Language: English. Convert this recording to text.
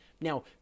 now